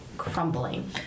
Crumbling